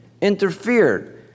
interfered